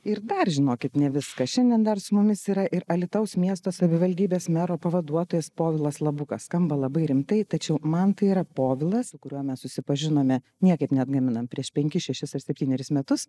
ir dar žinokit ne viskas šiandien dar su mumis yra ir alytaus miesto savivaldybės mero pavaduotojas povilas labukas skamba labai rimtai tačiau man tai yra povilas su kuriuo mes susipažinome niekaip neatgaminam prieš penkis šešis ar septynerius metus